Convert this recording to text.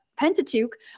Pentateuch